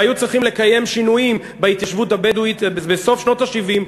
והיו צריכים לקיים שינויים בהתיישבות הבדואית בסוף שנות ה-70,